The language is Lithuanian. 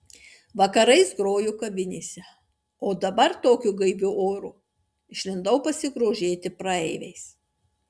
vakarais groju kavinėse o dabar tokiu gaiviu oru išlindau pasigrožėti praeiviais